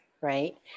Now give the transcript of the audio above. right